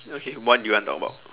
okay what do you want talk about